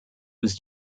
was